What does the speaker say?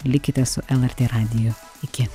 likite su lrt radiju iki